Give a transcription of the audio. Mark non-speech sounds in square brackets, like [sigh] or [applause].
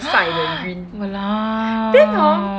[breath] !walao!